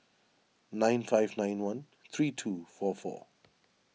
nine five nine one three two four four